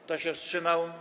Kto się wstrzymał?